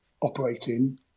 operating